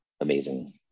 amazing